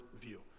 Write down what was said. view